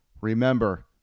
Remember